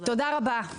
תודה רבה.